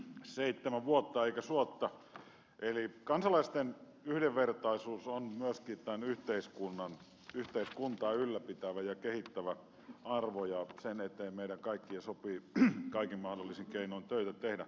seitsemän vuotta eikä suotta eli kansalaisten yhdenvertaisuus on myöskin tätä yhteiskuntaa ylläpitävä ja kehittävä arvo ja sen eteen meidän kaikkien sopii kaikin mahdollisin keinoin töitä tehdä